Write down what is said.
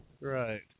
Right